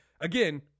again